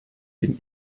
den